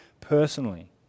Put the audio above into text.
personally